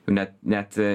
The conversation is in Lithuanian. net net